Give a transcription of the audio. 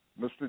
Mr